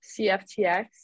cftx